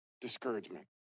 Discouragement